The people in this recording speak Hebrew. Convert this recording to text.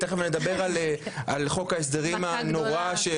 תיכף נדבר על חוק ההסדרים הנורא,